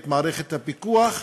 את מערכת הפיקוח,